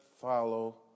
follow